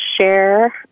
share